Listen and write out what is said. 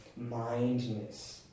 mindness